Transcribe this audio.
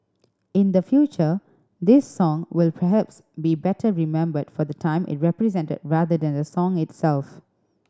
in the future this song will perhaps be better remembered for the time it represented rather than the song itself